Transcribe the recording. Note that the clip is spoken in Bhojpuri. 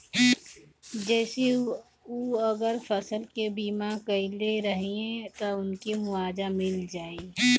जेसे उ अगर फसल के बीमा करइले रहिये त उनके मुआवजा मिल जाइ